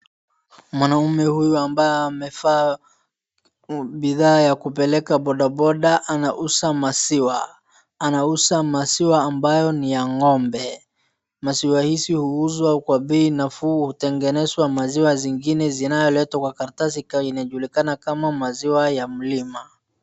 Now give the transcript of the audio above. Mwanaume huyu ambaye amevaa bidhaa ya kupeleka bodaboda ana uza maziwa. Ana uza maziwa ambayo ni ya ng'ombe. Maziwa hizi huuzwa kwa bei nafuu hutengenezwa maziwa zingine zinayoletwa kwa karatasi inayojulikana kama maziwa ya mlima.